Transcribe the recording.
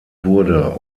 wurde